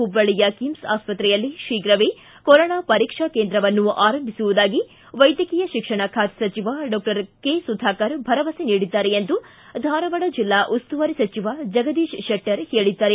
ಹುಬ್ಬಳ್ಳಿಯ ಕಿಮ್ಸ್ ಆಸ್ಪತ್ರೆಯಲ್ಲಿ ಶೀಘ್ರವೇ ಕೊರೊನಾ ಪರೀಕ್ಷಾ ಕೇಂದ್ರವನ್ನು ಆರಂಭಿಸುವುದಾಗಿ ವೈದ್ಯಕೀಯ ಶಿಕ್ಷಣ ಖಾತೆ ಸಚಿವ ಡಾಕ್ಷರ್ ಸುಧಾಕರ್ ಭರವಸೆ ನೀಡಿದ್ದಾರೆ ಎಂದು ಧಾರವಾಡ ಜಿಲ್ಲಾ ಉಸ್ತುವಾರಿ ಸಚಿವ ಜಗದೀಶ್ ಶೆಟ್ಟರ್ ತಿಳಿಸಿದ್ದಾರೆ